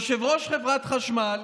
יושב-ראש חברת החשמל,